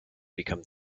become